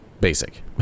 basic